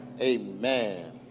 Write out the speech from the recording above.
Amen